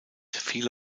viele